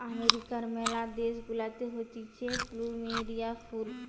আমেরিকার ম্যালা দেশ গুলাতে হতিছে প্লুমেরিয়া ফুল